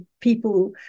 people